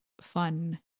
fun